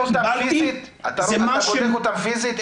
שקיבלתי זה מה -- אתה בודקת אותם פיזית?